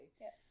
Yes